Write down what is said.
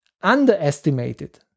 underestimated